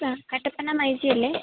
uh Kattappana my G അല്ലേ